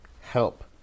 help